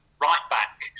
right-back